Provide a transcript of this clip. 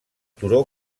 turó